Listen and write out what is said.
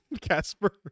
Casper